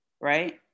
right